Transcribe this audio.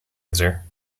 user